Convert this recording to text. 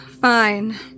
Fine